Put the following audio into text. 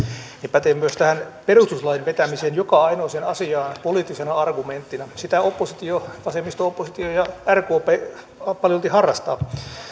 pätee myös tähän perustuslain vetämiseen joka ainoaan asiaan poliittisena argumenttina sitä vasemmisto oppositio ja rkp paljolti harrastavat